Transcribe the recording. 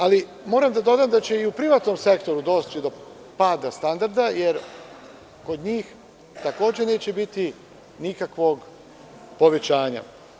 Ali, moram da dodam da će i u privatnom sektoru doći do pada standarda, jer kod njih takođe neće biti nikakvog povećanja.